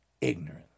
ignorant